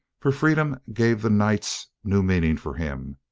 for freedom gave the nights new meanings for him.